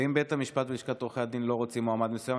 ואם בית המשפט ולשכת עורכי הדין לא רוצים מועמד מסוים,